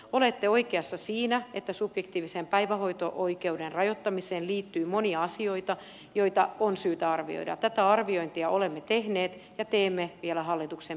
olette oikeassa siinä että subjektiivisen päivähoito oikeuden rajoittamiseen liittyy monia asioita joita on syytä arvioida ja tätä arviointia olemme tehneet ja teemme vielä hallituksen piirissä